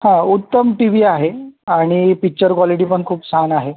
हां उत्तम TV आहे आणि पिच्चर क्वॉलिटी पण खूप छान आहे